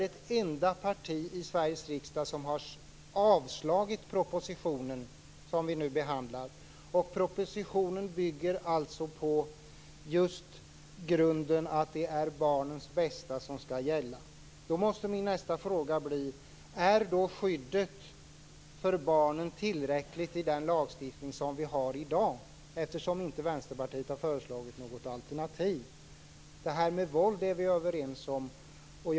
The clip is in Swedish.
Det visar att jag bedömde läget rätt, även om vi är överens om detta med höger och vänster. Propositionen bygger på den grunden att det är barnens bästa som skall gälla. Då måste min nästa fråga bli: Är skyddet för barnen tillräckligt i den lagstiftning som vi har i dag? Vänsterpartiet har ju inte föreslagit något alternativ. Vi är överens om detta med våld.